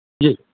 جی